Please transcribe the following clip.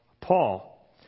Paul